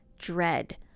dread